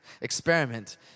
experiment